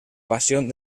pasión